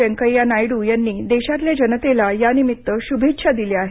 वेंकय्या नायडू यांनी देशातल्या जनतेला यानिमित्त शुभेच्छा दिल्या आहेत